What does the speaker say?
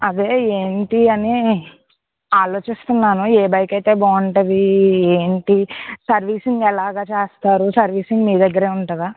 అదే ఏంటీ అనీ ఆలోచిస్తున్నాను ఏ బైక్ అయితే బాగుంటుంది ఏంటి సర్వీసింగ్ ఎలాగ చేస్తారు సర్వీసింగ్ మీ దగ్గరే ఉంటుందా